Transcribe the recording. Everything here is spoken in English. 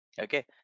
okay